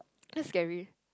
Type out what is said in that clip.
it's scary